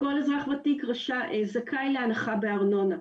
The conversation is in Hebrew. כל אזרח ותיק זכאי להנחה בארנונה,